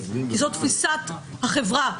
זאת תפיסת החברה.